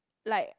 like